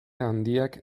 handiak